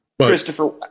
Christopher